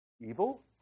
evil